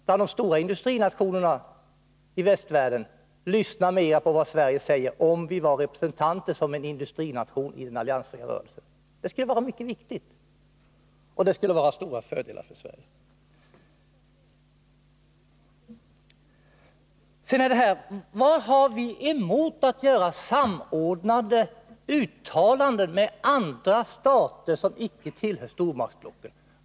Om vi som industrination var representanter för den alliansfria rörelsen, skulle framför allt de stora industrinationerna lyssna mera på oss. Det skulle vara viktigt och innebära stora fördelar för Sverige. Vad har vi emot att göra uttalanden som är samordnade med andra staters, om dessa icke tillhör stormaktsblocken?